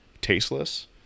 tasteless